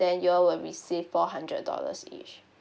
then you all will receive four hundred dollars each